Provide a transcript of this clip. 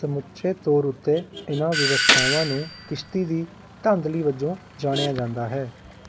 ਸਮੁੱਚੇ ਤੌਰ ਉੱਤੇ ਇਨ੍ਹਾਂ ਵਿਵਸਥਾਵਾਂ ਨੂੰ ਕਿਸ਼ਤੀ ਦੀ ਧਾਂਦਲੀ ਵਜੋਂ ਜਾਣਿਆ ਜਾਂਦਾ ਹੈ